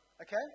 Okay